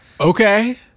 okay